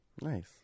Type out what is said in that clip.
Nice